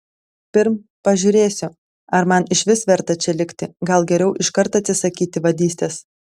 pirm pažiūrėsiu ar man išvis verta čia likti gal geriau iškart atsisakyti vadystės